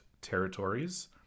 Territories